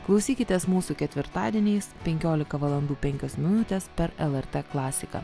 klausykitės mūsų ketvirtadieniais penkiolika valandų penkios minutės per lrt klasiką